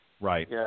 Right